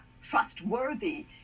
trustworthy